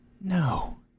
No